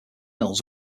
hills